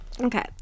okay